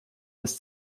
des